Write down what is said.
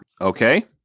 Okay